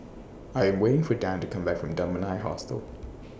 I Am waiting For Dan to Come Back from Dunman High Hostel